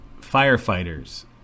Firefighters